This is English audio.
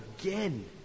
again